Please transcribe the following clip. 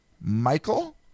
Michael